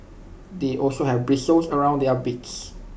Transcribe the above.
they also have bristles around their beaks